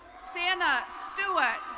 sannah stewart,